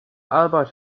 arbeit